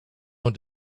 own